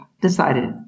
decided